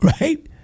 Right